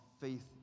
faith